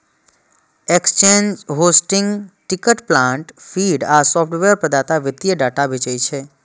exchange, hosting, ticker plant feed आ software प्रदाता वित्तीय डाटा बेचै छै